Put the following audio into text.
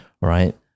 right